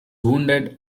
wounded